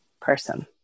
person